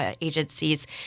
Agencies